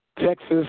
Texas